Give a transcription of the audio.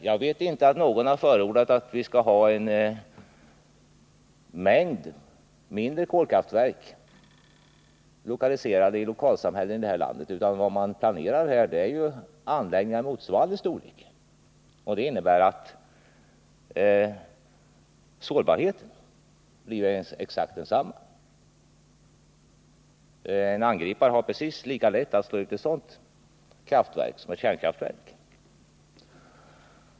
Jag vet inte att någon förordat att vi skall ha en mängd mindre kolkraftverk utspridda i lokalsamhällen här i landet, utan vad man planerar är anläggningar av motsvarande storlek som kärnkraftverken. Det innebär att sårbarheten blir exakt densamma — en angripare har precis lika lätt att slå ut ett sådant kraftverk som ett kärnkraftverk.